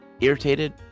irritated